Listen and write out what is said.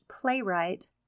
playwright